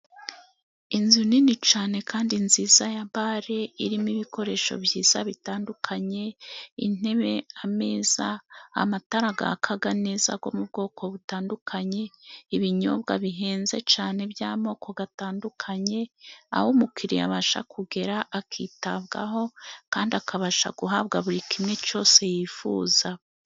Inzu nini cyane kandi nziza, yabare irimo ibikoresho byiza bitandukanye, intebe ameza, amatara yaka neza, yo mu bwoko butandukanye, ibinyobwa bihenze cyane, by'amoko atandukanye, aho umukiriya abasha kugera akitabwaho, kandi akabasha guhabwa buri kimwe cyose yifuza.